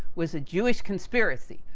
was a jewish conspiracy.